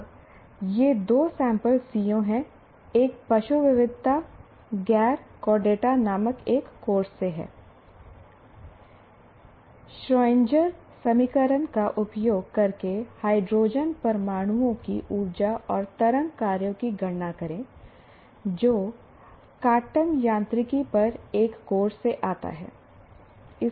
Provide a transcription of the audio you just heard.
अब ये 2 sample CO हैं एक पशु विविधता गैर कोर्डेटा नामक एक कोर्स से है श्रोएन्डर समीकरण का उपयोग करके हाइड्रोजन परमाणुओं की ऊर्जा और तरंग कार्यों की गणना करें जो क्वांटम यांत्रिकी पर एक कोर्स से आता है